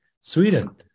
Sweden